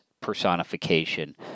personification